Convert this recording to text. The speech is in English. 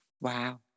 Wow